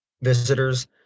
visitors